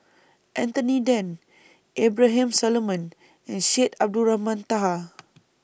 Anthony Then Abraham Solomon and Syed Abdulrahman Taha